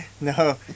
no